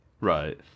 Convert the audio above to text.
Right